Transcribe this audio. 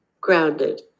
grounded